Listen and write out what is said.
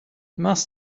must